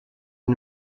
und